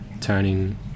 turning